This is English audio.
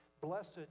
Blessed